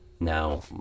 now